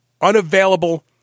unavailable